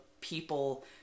people